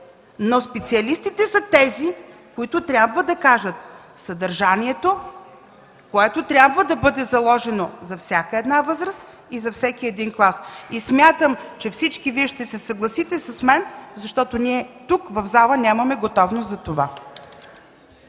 но специалистите са тези, които трябва да кажат съдържанието, което да бъде заложено за всяка една възраст и за всеки един клас. Смятам, че всички Вие ще се съгласите с мен, че ние тук, в залата, нямаме готовност за това.